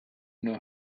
know